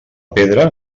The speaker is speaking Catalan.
pedra